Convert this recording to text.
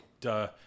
Duh